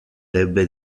debe